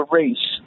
race